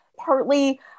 Partly